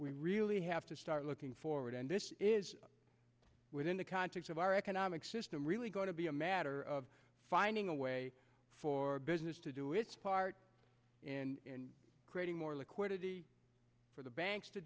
we really have to start looking forward and this is within the context of our economic system really going to be a matter finding a way for business to do its part in creating more liquidity for the banks to